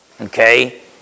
Okay